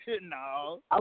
No